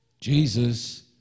Jesus